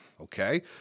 Okay